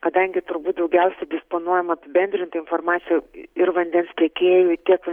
kadangi turbūt daugiausiai disponuojama apibendrinta informacija ir vandens tiekėjų tiek